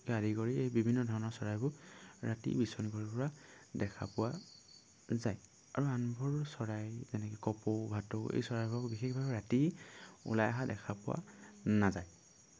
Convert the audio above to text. কে আদি কৰি এই বিভিন্ন ধৰণৰ চৰাইবোৰ ৰাতি বিচৰণ কৰি ফুৰা দেখা পোৱা যায় আৰু আনবোৰ চৰাই যেনেকৈ কপৌ ভাটৌ এই চৰাইবোৰক বিশেষভাৱে ৰাতি ওলাই অহা দেখা পোৱা নাযায়